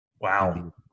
Wow